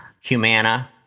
Humana